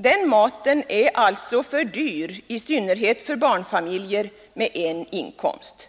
Den maten är alltså för dyr i synnerhet för barnfamiljer med en inkomst.